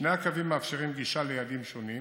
שני הקווים מאפשרים גישה ליעדים שונים